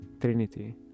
Trinity